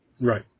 Right